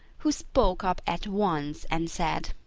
who spoke up at once and said,